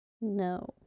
No